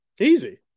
Easy